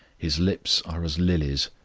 his lips are as lilies,